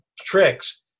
tricks